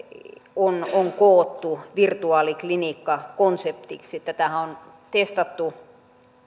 on on koottu virtuaaliklinikkakonseptiksi tätähän on testattu